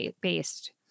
based